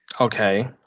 okay